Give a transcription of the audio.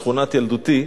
שכונת ילדותי,